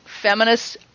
feminists